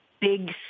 big